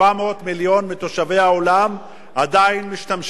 400 מיליון מתושבי העולם עדיין משתמשים,